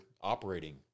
operating